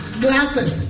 glasses